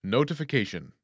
Notification